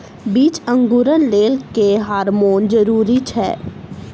बीज अंकुरण लेल केँ हार्मोन जरूरी छै?